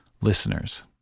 listeners